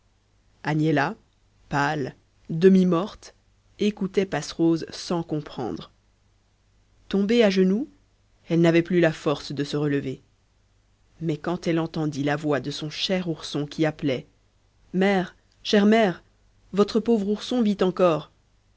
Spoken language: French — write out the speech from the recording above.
agnella pâle demi-morte écoutait passerose sans comprendre tombée à genoux elle n'avait plus la force de se relever mais quand elle entendit la voix de son cher ourson qui appelait mère chère mère votre pauvre ourson vit encore